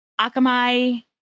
Akamai